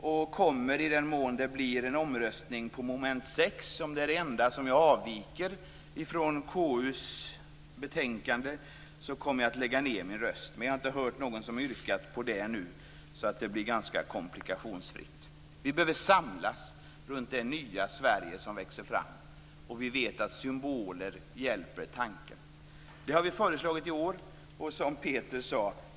Jag kommer i den mån det blir en omröstning om mom. 6, som är det enda moment där jag avviker från KU:s betänkande, att lägga ned min röst. Jag har ännu inte hört någon som har yrkat på omröstning, så det blir ganska komplikationsfritt. Vi behöver samlas runt det nya Sverige som växer fram. Vi vet att symboler hjälper tanken. Vi har lämnat ett förslag på det området i år.